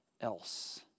else